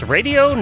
Radio